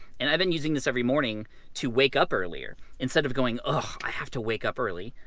and i've been using this every morning to wake up earlier. instead of going, oh, i have to wake up early.